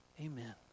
Amen